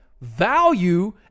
value